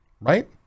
Right